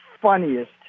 funniest